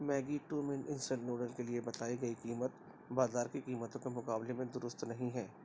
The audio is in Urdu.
Maggi two minute instant noodle کے لیے بتائی گئی قیمت بازار کی قیمتوں کے مقابلے میں درست نہیں ہے